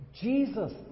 Jesus